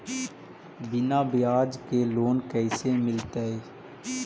बिना ब्याज के लोन कैसे मिलतै?